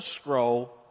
scroll